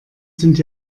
sind